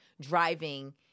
driving